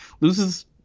loses